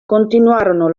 continuarono